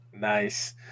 Nice